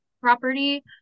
property